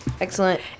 Excellent